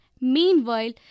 Meanwhile